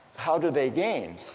how do they gain?